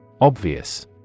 Obvious